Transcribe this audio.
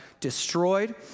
destroyed